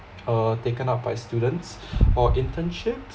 uh taken up by students or internship